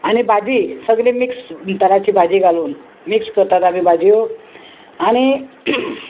आनी भाजी सगली मिक्स तराची भाजी घालून मिक्स करतात आमी भाजयो आनी